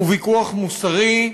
הוא ויכוח מוסרי,